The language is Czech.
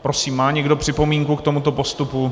Prosím, má někdo připomínku k tomuto postupu?